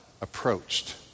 approached